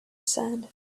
sand